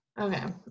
Okay